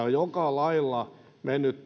on joka lailla mennyt